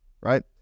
right